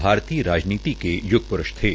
भारतीय राजनीति के यूग प्रूष थे